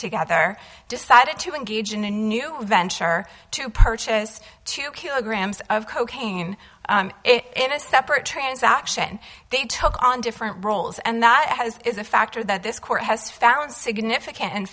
together decided to engage in a new venture to purchase two kilograms of cocaine in a separate transaction they took on different roles and that has is a factor that this court has found significant